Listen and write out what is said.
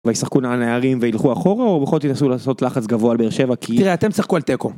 וישחקו הנ.. הנערים וילכו אחורה או בכל זאת ינסו לעשות לחץ גבוה על באר שבע כי.. תראה אתם תשחקו על תיקו